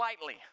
lightly